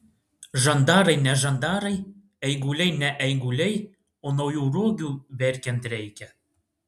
žandarai ne žandarai eiguliai ne eiguliai o naujų rogių verkiant reikia